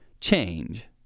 change